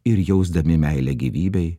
ir jausdami meilę gyvybei